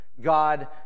God